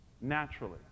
naturally